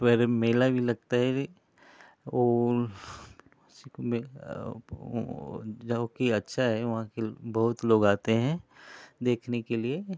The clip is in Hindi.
पर मेला भी लगता है और वार्षिक मेला वो जबकि अच्छा है वहाँ के बहुत लोग आते हैं देखने के लिए